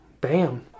bam